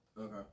Okay